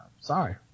sorry